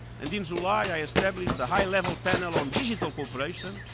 and in july i established a high-level panel on digital cooperation,